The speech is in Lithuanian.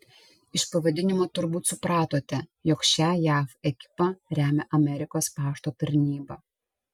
iš pavadinimo turbūt supratote jog šią jav ekipą remia amerikos pašto tarnyba